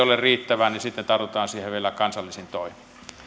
ole riittävää niin sitten tartutaan siihen vielä kansallisin toimin